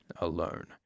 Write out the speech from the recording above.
alone